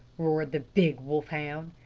roared the big wolf hound.